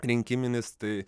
rinkiminis tai